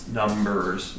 numbers